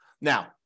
Now